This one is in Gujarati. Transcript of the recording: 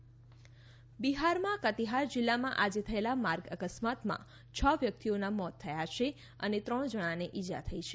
બિહાર અકસ્માત બિહારમાં કતીહાર જિલ્લામાં આજે થયેલાં માર્ગ અકસ્માતમાં છ વ્યકિતઓનાં મોત થયા છે અને ત્રણ જણાને ઈજા થઈ છે